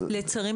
לצערי,